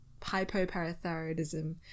hypoparathyroidism